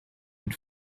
had